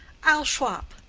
i'll shwop,